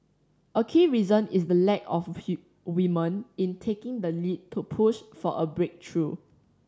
a key reason is the lack of women in taking the lead to push for a breakthrough